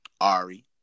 Ari